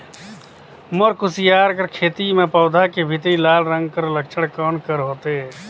मोर कुसियार कर खेती म पौधा के भीतरी लाल रंग कर लक्षण कौन कर होथे?